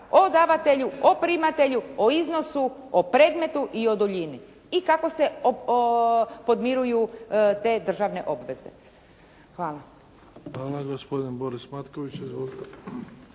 o davatelju, o primatelju, o iznosu, o predmetu i o duljini i kako se podmiruju te državne obveze. Hvala. **Bebić, Luka (HDZ)** Hvala. Gospodin Boris Matković.